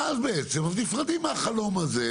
ואז בעצם נפרדים מהחלום הזה,